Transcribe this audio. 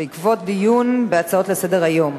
בעקבות דיון בהצעות לסדר-היום.